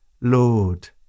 Lord